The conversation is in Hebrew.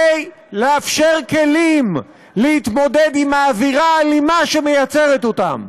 ולהתמודד עם האווירה האלימה שיוצרת אותם.